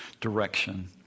direction